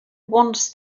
wanders